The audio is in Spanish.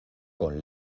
con